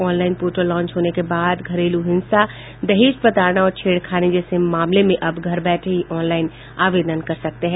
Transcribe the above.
online portal launch होने के बाद घरेलू हिंसा दहेज प्रताड़ना और छेड़खानी जैसे मामले में अब घर बैठे ही ऑनलाईन आवेदन कर सकते हैं